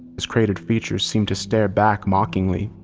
his cratered features seemed to stare back mockingly.